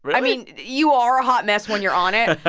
but i mean, you are a hot mess when you're on it.